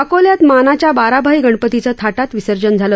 अकोल्यात मानाच्या बाराभाई गणपतीचं थाटात विसर्जन झालं